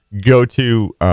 go-to